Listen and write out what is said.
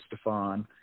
Stefan